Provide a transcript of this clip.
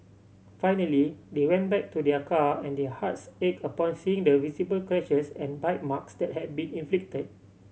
finally they went back to their car and their hearts ached upon seeing the visible scratches and bite marks that had been inflicted